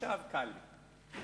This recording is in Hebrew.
עכשיו קל לי.